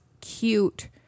cute